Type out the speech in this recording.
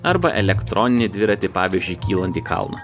arba elektroninį dviratį pavyzdžiui kylant į kalną